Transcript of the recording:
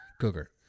cougar